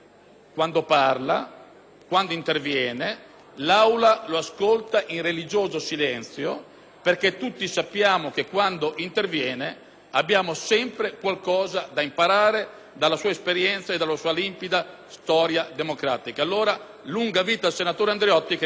quando parla, l'Assemblea lo ascolta in religioso silenzio, perché tutti sappiamo che quando interviene abbiamo sempre qualcosa da imparare dalla sua esperienza e dalla sua limpida storia democratica. Allora, lunga vita al senatore Andreotti, che rimanga ancora fra di noi